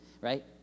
right